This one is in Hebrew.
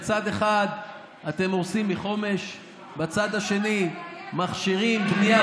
בצד אחד אתם הורסים בחומש ובצד השני מכשירים בנייה